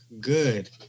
good